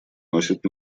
носит